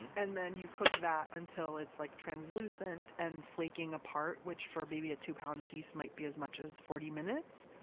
and then you cook that until it's like translucent and flaking apart, which for maybe a two pound piece might be as much as forty minutes.